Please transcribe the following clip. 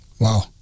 Wow